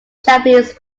japanese